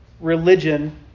religion